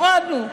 הורדנו.